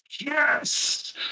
Yes